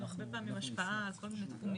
הרבה פעמים השפעה על כל מיני תחומים.